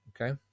Okay